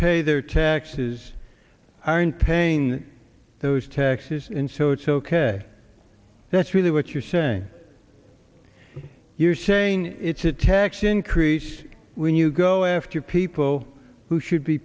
pay their taxes aren't paying those taxes in so it's ok that's really what you're saying you're saying it's a tax increase when you go after people who should be